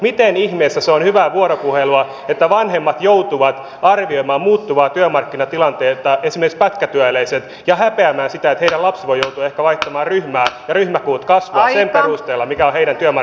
miten ihmeessä se on hyvää vuoropuhelua että vanhemmat esimerkiksi pätkätyöläiset joutuvat arvioimaan muuttuvaa työmarkkinatilannettaan ja häpeämään sitä että heidän lapsensa voi joutua ehkä vaihtamaan ryhmää ja ryhmäkoot kasvavat sen perusteella mikä on heidän työmarkkinatilanteensa